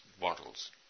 bottles